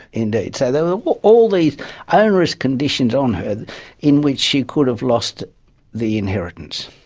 indeed. so there were all these onerous conditions on her in which she could have lost the inheritance.